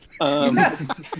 Yes